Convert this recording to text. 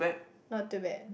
not too bad